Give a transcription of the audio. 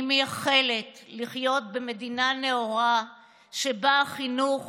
אני מייחלת שאחיה במדינה נאורה שבה חינוך